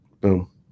Boom